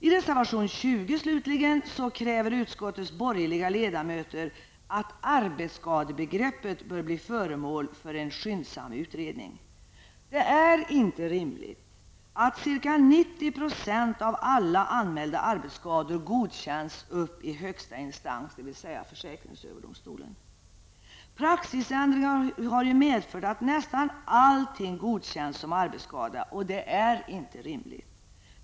I reservation 20, slutligen, kräver utskottets borgerliga ledamöter att arbetsskadebegreppet blir föremål för en skyndsam utredning. Det är inte rimligt att ca 90 % av alla anmälda arbetsskador godkänns ända upp i högsta instans, dvs. försäkringsöverdomstolen. Praxisändringar har ju medfört att nästan allting godkänns som arbetsskada, och detta är inte rimligt!